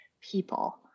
people